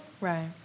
right